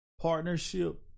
partnership